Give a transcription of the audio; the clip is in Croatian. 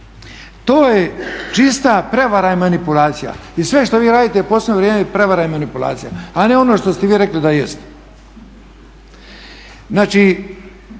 To je čista prevara i manipulacija. I sve što vi radite u posljednje vrijeme je prevara i manipulacija, a ne ono što ste vi rekli da jest. Znači,